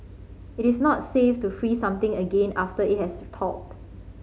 it is not safe to freeze something again after it has thawed